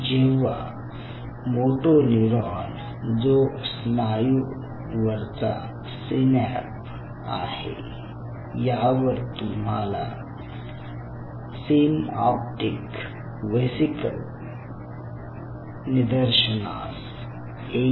जेव्हा motor neuron जो स्नायू वरचा सिनएप आहे यावर तुम्हाला सिनऑप्टिक वेसिकल निदर्शनास येईल